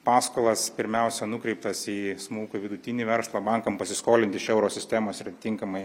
paskolas pirmiausia nukreiptas į smulkų vidutinį verslą bankam pasiskolint iš euro sistemos ir atitinkamai